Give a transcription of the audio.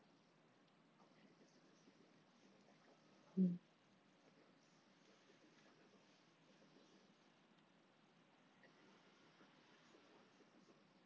mm